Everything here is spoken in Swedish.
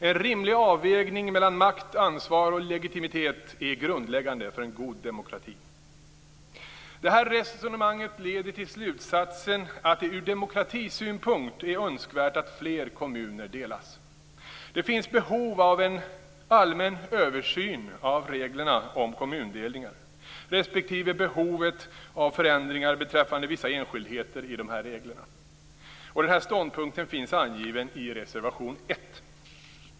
En rimlig avvägning mellan makt, ansvar och legitimitet är grundläggande för en god demokrati. Det här resonemanget leder till slutsatsen att det ur demokratisynpunkt är önskvärt att fler kommuner delas. Det finns behov av en allmän översyn av reglerna om kommundelningar respektive behovet av förändringar beträffande vissa enskildheter i dessa regler. Denna ståndpunkt finns angiven i reservation nr 1.